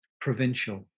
provincial